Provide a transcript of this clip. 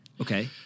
Okay